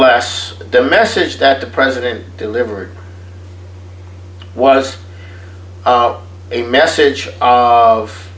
less the message that the president delivered was a message of